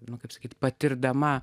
nukirskit patirdama